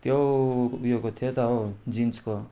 त्यो उयोको थियो त हो जिन्सको